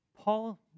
Paul